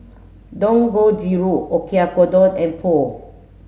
Dangojiru Oyakodon and Pho